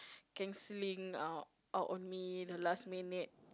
canceling out out on me the last minute